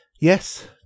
Yes